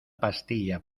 pastilla